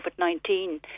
COVID-19